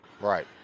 Right